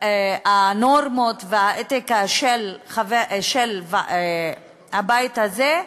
הנורמות והאתיקה של הבית הזה,